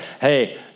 Hey